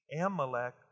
Amalek